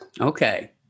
okay